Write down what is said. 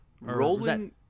Rolling